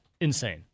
insane